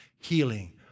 healing